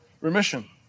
remission